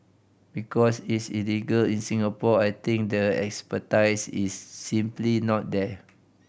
because it's illegal in Singapore I think the expertise is simply not there